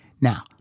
Now